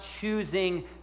choosing